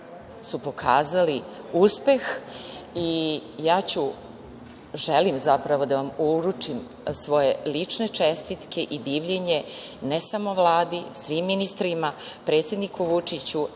su pokazali uspeh i ja ću, želim zapravo da vam uručim svoje lične čestitke i divljenje ne samo Vladi, svim ministrima, predsedniku Vučiću,